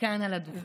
כאן על הדוכן.